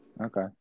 okay